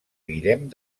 guillem